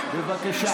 בבקשה.